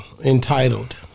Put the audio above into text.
entitled